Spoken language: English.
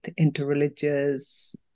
interreligious